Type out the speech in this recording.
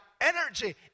energy